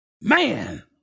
man